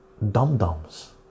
dum-dums